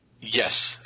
Yes